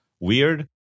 Weird